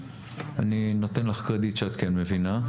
שאני נותן לך קרדיט שאת כן מבינה.